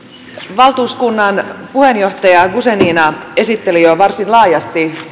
valtuuskunnan puheenjohtaja guzenina esitteli jo jo varsin laajasti